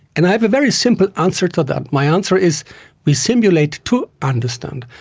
and i have a very simple answer to that. my answer is we simulate to understand,